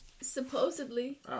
Supposedly